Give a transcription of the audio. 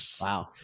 wow